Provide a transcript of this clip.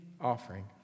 offering